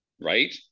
right